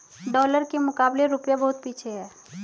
dollar के मुकाबले रूपया बहुत पीछे है